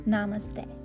Namaste